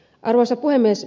arvoisa puhemies